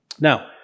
Now